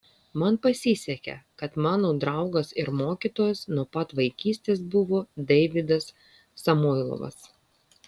man pasisekė kad mano draugas ir mokytojas nuo pat vaikystės buvo deividas samoilovas